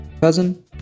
cousin